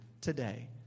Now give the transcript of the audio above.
today